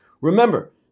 Remember